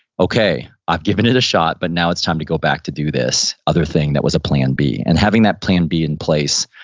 okay, i've given it a shot, but now it's time to go back to do this other thing that was a plan b. and having that plan b in place,